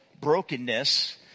brokenness